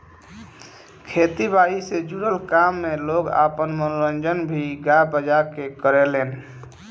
खेती बारी से जुड़ल काम में लोग आपन मनोरंजन भी गा बजा के करेलेन